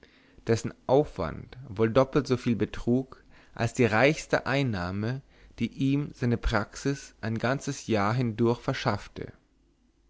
dessen aufwand wohl doppelt soviel betrug als die reichste einnahme die ihm seine praxis ein ganzes jahr hindurch verschaffte